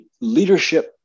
leadership